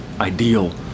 ideal